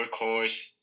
Workhorse